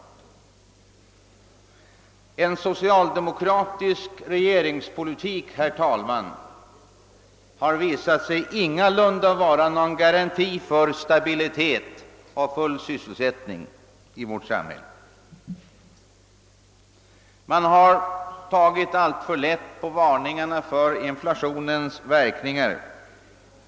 En socialdemokratisk regeringspolitik har, herr talman, visat sig ingalunda vara någon garanti för stabilitet och full sysselsättning i vårt samhälle. Man har tagit alltför lätt på varningarna för inflationens verkningar.